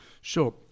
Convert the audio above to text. Sure